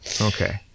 Okay